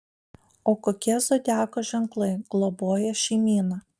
o kokie zodiako ženklai globoja šeimyną